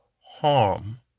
harm